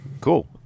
Cool